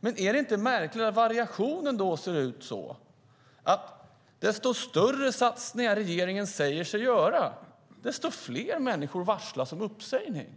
Men är det inte märkligt att variationen ser ut som den gör? Ju större satsningar regeringen säger sig göra, desto fler människor varslas om uppsägning.